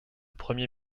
premier